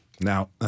Now